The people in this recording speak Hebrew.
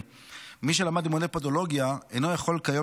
מי שלמד לימודי פודולוגיה אינו יכול כיום